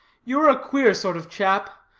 you are a queer sort of chap.